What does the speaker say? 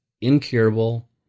incurable